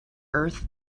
earth